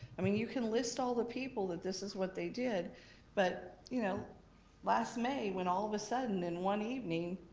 i mean you can list all the people that this is what they did but you know last may, when all of a sudden in one evening,